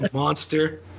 monster